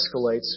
escalates